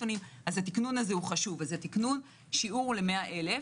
התקנון הזה הוא חשוב, שיעור ל-100,000.